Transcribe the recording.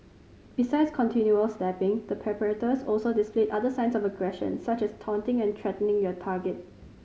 besides continual slapping the perpetrators also displayed other signs of aggression such as taunting and threatening their target